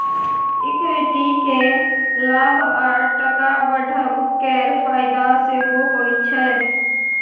equity केँ लाभ आ टका बढ़ब केर फाएदा सेहो होइ छै